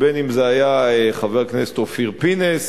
בין אם זה היה חבר הכנסת אופיר פינס,